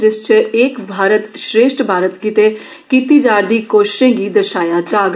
जिस च एक भारत श्रेश्ठ भारत गितै किती जारदी कोषिषें गी दर्शाया जाग